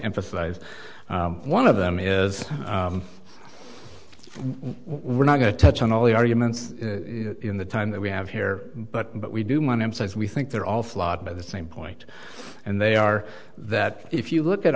emphasize one of them is we're not going to touch on all the arguments in the time that we have here but but we do mine them says we think they're all flawed by the same point and they are that if you look at